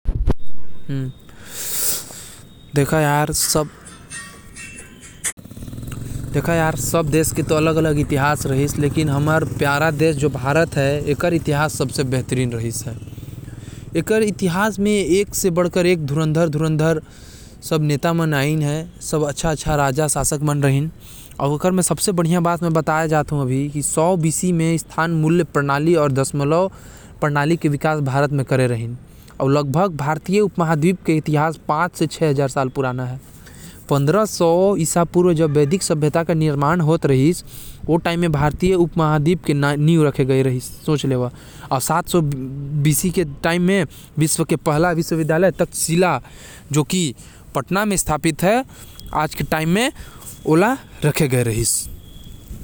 भारत के इतिहास ह सबसे पुराना अउ सबसे बड़का हवे। जेकर म एक से एक धुरन्धर पैदा होहिन हवे। सौ बीसी म स्थान मूल्य प्रणाली अउ दशमलव प्रणाली के विकास भारत म होये रहिस। भारतीय उपमहादीप के इतिहास पांच से छौ हज़ार साल पुराना हवे। पंद्रह सौ ईसापूर्व म जब वैदिक सभय्ता के निर्माण होएत रहिस तब भारत के उपमहादीप के नींव रखे गए रहिस। सात सौ बीसी म भारत के पहला विश्वविद्यालय तक्षिला बने रहिस।